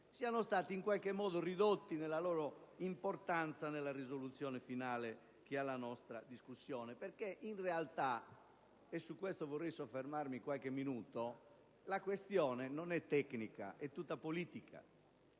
siano stati in qualche modo ridotti nella loro importanza nella proposta di risoluzione finale che è in votazione. Lo sottolineo perché in realtà, e su questo aspetto vorrei soffermarmi qualche minuto, la questione non è tecnica: è tutta politica.